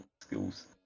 skills